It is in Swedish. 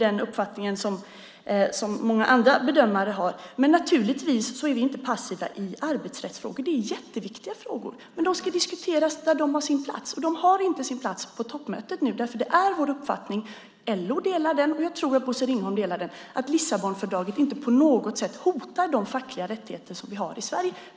Den uppfattningen har inte många andra bedömare. Vi är naturligtvis inte passiva i arbetsrättsfrågor. Det är jätteviktiga frågor, men de ska diskutera där de har sin plats, och de har inte sin plats på toppmötet nu. Det är vår uppfattning - LO delar den, och jag tror att Bosse Ringholm delar den - att Lissabonfördraget inte på något sätt hotar de fackliga rättigheter som vi har i Sverige.